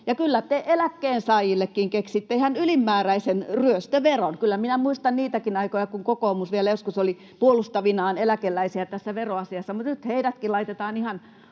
ja kyllä te eläkkeensaajillekin keksitte ihan ylimääräisen ryöstöveron. Kyllä minä muistan niitäkin aikoja, kun kokoomus vielä joskus oli puolustavinaan eläkeläisiä tässä veroasiassa, mutta nyt heidätkin laitetaan ihan